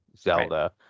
zelda